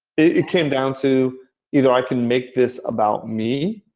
it came down to either i can make this about me.